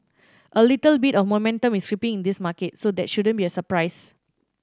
a little bit of momentum is creeping in this market so that shouldn't be a surprise